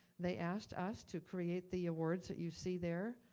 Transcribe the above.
they asked us to create the awards that you see there.